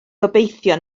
gobeithio